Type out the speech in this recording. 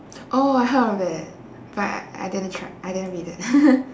oh I heard of it but I I didn't check I didn't read it